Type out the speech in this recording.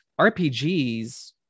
RPGs